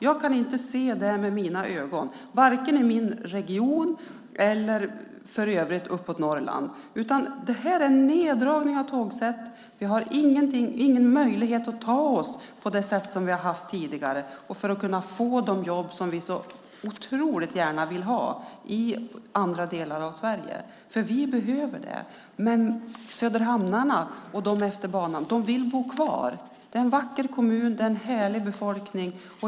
Jag kan inte se det med mina ögon så att säga, vare sig i min region eller för övrigt uppåt Norrland. Det har skett en neddragning av tågsätt. Vi har ingen möjlighet att ta oss bort på samma sätt som tidigare för att kunna få de jobb som vi så otroligt gärna vill ha i andra delar av Sverige. Den möjligheten behöver vi. Söderhamnarna och de som bor längs banan vill bo kvar. Kommunen är vacker, och det är en härlig befolkning.